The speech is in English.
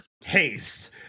haste